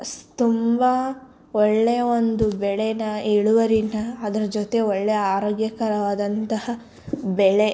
ಸ್ ತುಂಬ ಒಳ್ಳೆಯ ಒಂದು ಬೆಳೇನ ಇಳುವರೀನ ಅದ್ರ ಜೊತೆ ಒಳ್ಳೆಯ ಆರೋಗ್ಯಕರವಾದಂತಹ ಬೆಳೆ